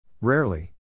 Rarely